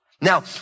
Now